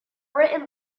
written